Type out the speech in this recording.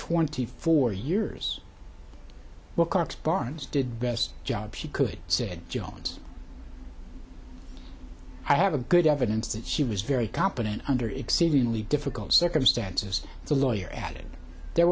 twenty four years wilcox barnes did best job she could said jones i have good evidence that she was very competent under exceedingly difficult circumstances the lawyer added there